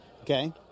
Okay